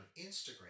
Instagram